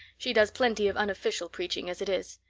she does plenty of unofficial preaching as it is.